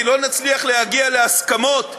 כי לא נצליח להגיע להסכמות,